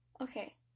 Okay